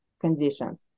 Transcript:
conditions